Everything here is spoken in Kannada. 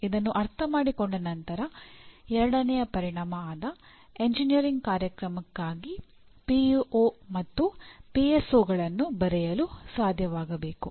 ಇದನ್ನು ಅರ್ಥಮಾಡಿಕೊಂಡ ನಂತರ ಎರಡನೆಯ ಪರಿಣಾಮ ಆದ ಎಂಜಿನಿಯರಿಂಗ್ ಕಾರ್ಯಕ್ರಮಕ್ಕಾಗಿ ಪಿಇಒ ಬರೆಯಲು ಸಾಧ್ಯವಾಗಬೇಕು